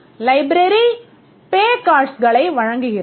Library pay cardsகளை வழங்குகிறது